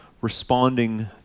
responding